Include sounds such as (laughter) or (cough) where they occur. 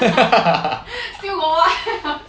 (laughs)